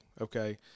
okay